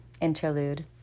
interlude